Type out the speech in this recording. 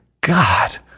God